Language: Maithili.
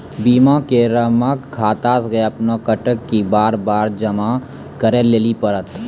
बीमा के रकम खाता से अपने कटत कि बार बार जमा करे लेली पड़त?